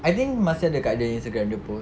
I think masih ada kat dia nya Instagram dia post